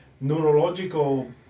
neurological